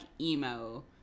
emo